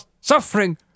suffering